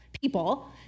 people